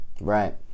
Right